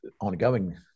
ongoing